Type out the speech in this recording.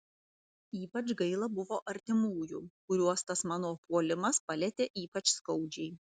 ypač gaila buvo artimųjų kuriuos tas mano puolimas palietė ypač skaudžiai